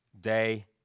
day